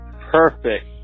Perfect